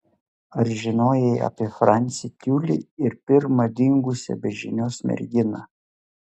ar žinojai apie francį tiulį ir pirmą dingusią be žinios merginą